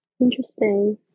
interesting